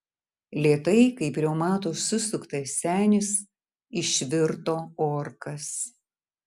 lėtai kaip reumato susuktas senis išvirto orkas